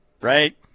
right